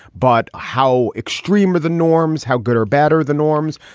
but how extreme are the norms, how good or bad are the norms?